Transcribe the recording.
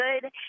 good